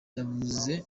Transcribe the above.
yavuze